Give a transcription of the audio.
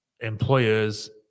Employers